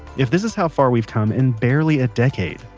if this is how far we've come in barely a decade,